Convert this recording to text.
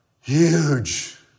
Huge